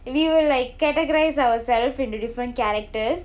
we will like categorise ourselves into different characters